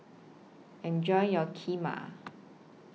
Enjoy your Kheema